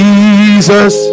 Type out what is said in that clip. Jesus